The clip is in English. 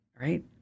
Right